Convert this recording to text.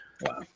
Wow